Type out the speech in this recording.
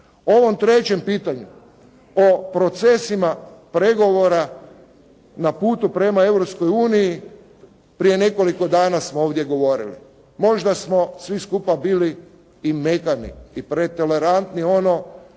ovom trećem pitanju, o procesima pregovora na putu prema Europskoj uniji prije nekoliko dana smo ovdje govorili. Možda smo svi skupa bili i mekani i pretolerantni ono